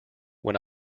when